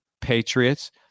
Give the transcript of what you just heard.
Patriots